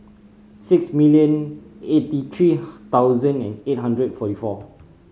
six million eighty three thousand eight hundred and forty four